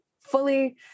fully